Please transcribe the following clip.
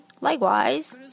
Likewise